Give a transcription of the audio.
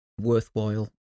worthwhile